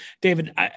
David